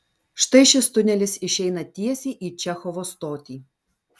štai šis tunelis išeina tiesiai į čechovo stotį